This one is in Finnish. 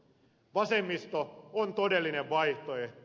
vasemmisto on todellinen vaihtoehto